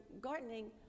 gardening